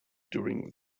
during